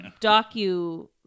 docu